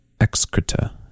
excreta